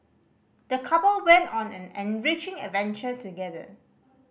the couple went on an enriching adventure together